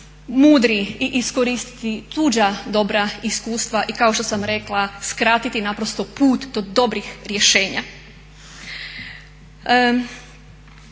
mudri i iskoristiti tuđa dobra iskustva i kao što sam rekla skratiti naprosto put do dobrih rješenja.